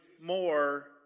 more